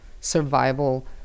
survival